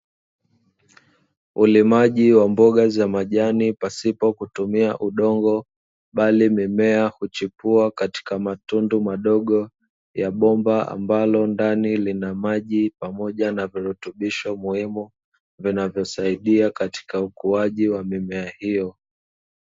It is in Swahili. Ulimaji wa mboga za majani pasipo kutumia udongo bali mimea huchipua katika matundu madogo ya bomba, ambalo ndani lina maji pamoja na virutubisho muhimu vinavyosaidia katika ukuaji wa mimea hiyo.